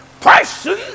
person